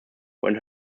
when